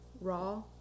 raw